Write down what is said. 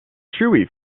chewy